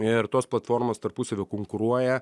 ir tos platformos tarpusavyje konkuruoja